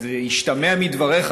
זה השתמע מדבריך,